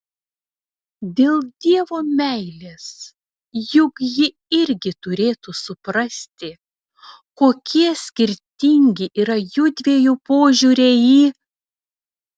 dėl dievo meilės juk ji irgi turėtų suprasti kokie skirtingi yra jųdviejų požiūriai į